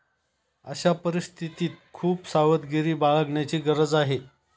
अशा परिस्थितीत खूप सावधगिरी बाळगण्याची गरज आहे